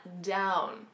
down